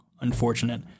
unfortunate